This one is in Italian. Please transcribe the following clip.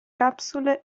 capsule